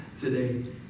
today